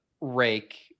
rake